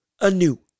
anew